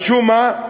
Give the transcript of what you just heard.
על שום מה?